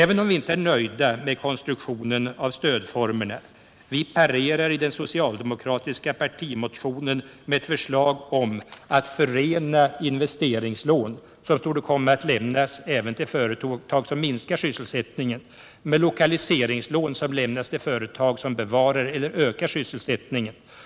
Vi är inte nöjda med konstruktionen av stödformerna, och i den socialdemokratiska partimotionen parerar vi med ett förslag om att förena investeringslån, som torde komma att lämnas även till företag som minskar sysselsättningen, med lokaliseringslån som lämnas till företag som bevarar eller ökar sysselsättningen.